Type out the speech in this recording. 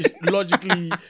Logically